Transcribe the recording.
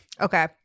okay